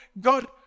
God